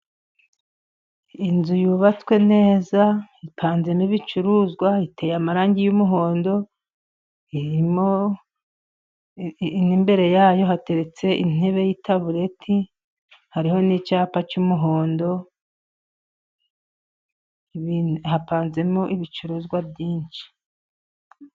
Inzu yubatswe neza ipanzemo ibicuruzwa, iteye amarangi y'umuhondo, mo imbere yayo hateretse intebe y'itabureti hariho n'icyapa cy'umuhondo, hapanzemo ibicuruzwa byinshi.